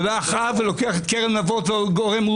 בא אחאב ולוקח את כרם נבות והורגו,